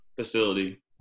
facility